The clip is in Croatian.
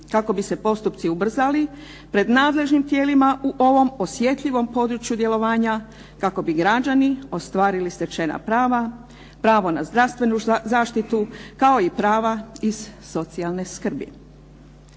kako bi se postupci ubrzali pred nadležnim tijelima u ovom osjetljivom području djelovanja kako bi građani ostvarili stečena prava, pravo na zdravstvenu zaštitu kao i prava iz socijalne skrbi.